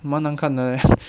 蛮难看的 eh